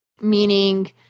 Meaning